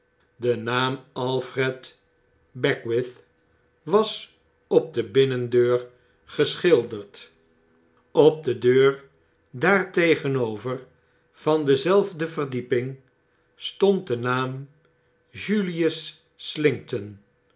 i t h was op de binnendeur geschilderd op de deur daar tegenover van dezelfde verdieping stond de naam juliusslinkton